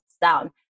down